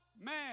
man